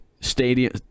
stadium